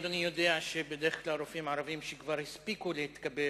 אדוני יודע שבדרך כלל רופאים ערבים שכבר הספיקו להתקבל